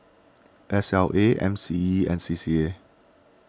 S L A M C E and C C A